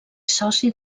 soci